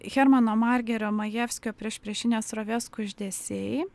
hermano margerio majevskio priešpriešinės srovės kuždesiai